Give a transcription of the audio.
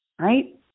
right